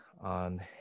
on